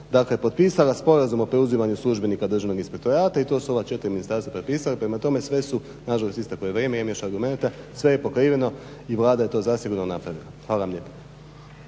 dakle potpisala Sporazum o preuzimanju službenika Državnog inspektorata i to su ova četiri ministarstva prepisali. Prema tome, sve su na žalost isteklo je vrijeme. Imam još argumenata. Sve je pokriveno i Vlada je to zasigurno napravila. Hvala vam lijepa.